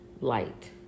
light